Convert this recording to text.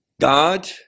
God